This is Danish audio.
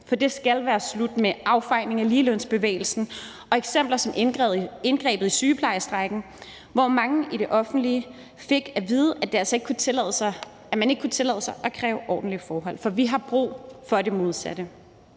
For det skal være slut med affejningen af ligelønsbevægelsen og eksempler som indgrebet i sygeplejerskestrejken, hvor mange i det offentlige fik at vide, at man ikke kunne tillade sig at kræve ordentlige forhold. Vi har brug for det modsatte.